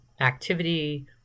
activity